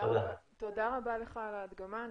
תודה רבה על ההדגמה.